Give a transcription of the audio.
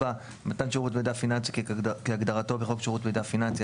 מתן שירות מידע פיננסי כהגדרתו בחוק שירות מידע פיננסי,